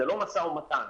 זה לא משא ומתן.